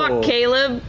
caleb!